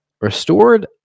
restored